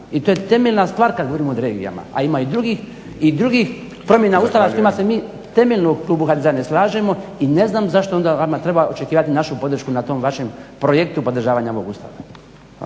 I to je temeljna stvar kad govorimo o regijama. A ima i drugih promjena Ustava s kojima se mi temeljno u klubu HDZ-a ne slažemo i ne znam zašto onda vama treba očekivati našu podršku na tom vašem projektu podržavanja ovog Ustava.